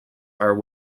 are